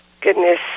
Goodness